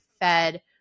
fed